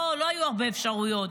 לא היו הרבה אפשרויות.